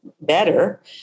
better